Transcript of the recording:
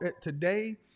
today